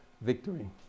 victory